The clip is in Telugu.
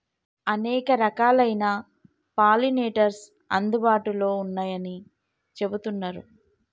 అనేక రకాలైన పాలినేటర్స్ అందుబాటులో ఉన్నయ్యని చెబుతున్నరు